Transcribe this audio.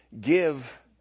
give